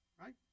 right